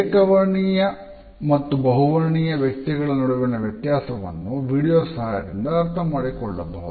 ಏಕ ವರ್ಣೀಯ ಮತ್ತು ಬಹುವರ್ಣೀಯ ವ್ಯಕ್ತಿಗಳ ನಡುವಿನ ವರ್ತನೆಗಳ ವ್ಯತ್ಯಾಸವನ್ನು ವಿಡಿಯೋ ಸಹಾಯದಿಂದ ಅರ್ಥಮಾಡಿಕೊಳ್ಳಬಹುದು